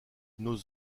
nos